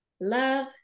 love